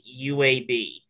UAB